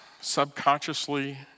subconsciously